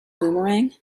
boomerang